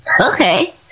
Okay